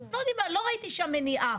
לא ראיתי שם מניעה.